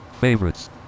favorites